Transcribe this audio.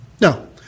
No